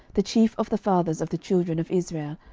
the chief of the fathers of the children of israel,